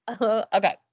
Okay